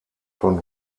von